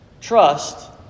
trust